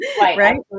Right